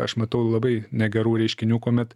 aš matau labai negerų reiškinių kuomet